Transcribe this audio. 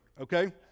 okay